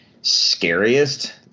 scariest